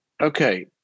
okay